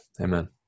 Amen